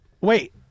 Wait